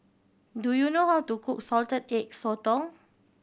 do you know how to cook Salted Egg Sotong